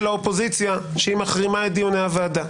האופוזיציה שהיא מחרימה את דיוני הוועדה.